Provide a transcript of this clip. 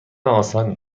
آسانی